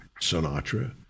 Sinatra